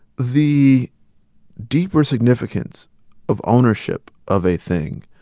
the deeper significance of ownership of a thing,